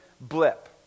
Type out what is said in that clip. blip